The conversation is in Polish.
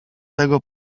tego